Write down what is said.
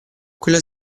quella